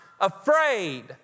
afraid